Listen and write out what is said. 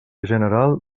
general